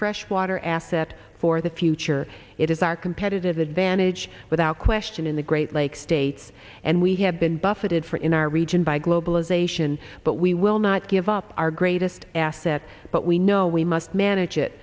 freshwater asset for the future it is our competitive advantage without question in the great lakes states and we have been buffeted for in our region by globalization but we will not give up our greatest asset but we know we must manage it